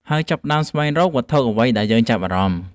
ហើយចាប់ផ្ដើមស្វែងរកវត្ថុអ្វីដែលយើងចាប់អារម្មណ៍។